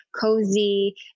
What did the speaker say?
cozy